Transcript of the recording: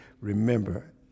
remember